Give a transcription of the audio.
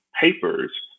papers